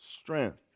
strength